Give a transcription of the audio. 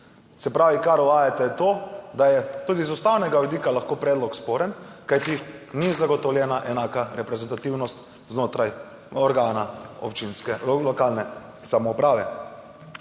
Se pravi, kar uvajate, je to, da je tudi z ustavnega vidika lahko predlog sporen, kajti ni zagotovljena enaka reprezentativnost znotraj organa lokalne samouprave.